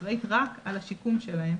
אחראית רק על השיקום שלהם